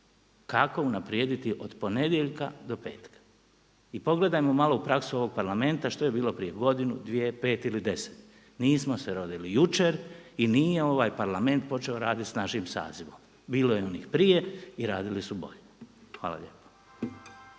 kako unaprijediti od ponedjeljka do petka. I pogledamo malo u praksu ovog Parlamenta što je bilo prije godinu, dvije, pet ili deset, nismo se rodili jučer i nije ovaj Parlament počeo raditi s našim sazivom. Bilo je i onih prije i radili su bolje. Hvala lijepo.